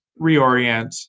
reorient